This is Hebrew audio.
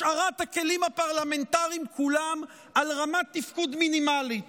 השארת הכלים הפרלמנטריים כולם על רמת תפקוד מינימלית,